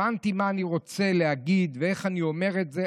הבנתי מה אני רוצה להגיד ואיך אני אומר את זה.